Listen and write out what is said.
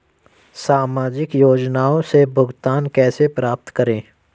सामाजिक योजनाओं से भुगतान कैसे प्राप्त करें?